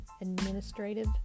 administrative